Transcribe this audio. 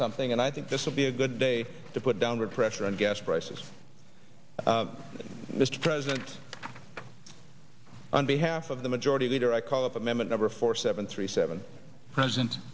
something and i think this will be a good day to put downward pressure on gas prices mr president on behalf of the majority leader i call up a member number four seven three seven present